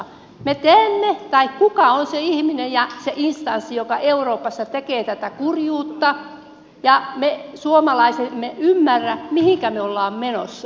me teemme tai kuka on se ihminen tai se instanssi joka euroopassa tekee tätä kurjuutta ja me suomalaiset emme ymmärrä mihinkä me olemme menossa